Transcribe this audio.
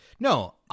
No